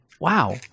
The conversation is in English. wow